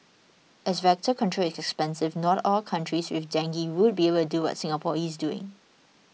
as vector control expensive not all countries with dengue would be able do what Singapore is doing